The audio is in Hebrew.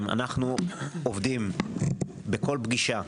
אנחנו עובדים בכל פגישה,